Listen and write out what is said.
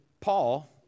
Paul